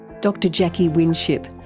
dr jacqui winship,